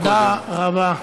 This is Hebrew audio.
תודה רבה.